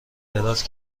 دراز